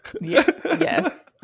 Yes